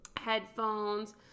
headphones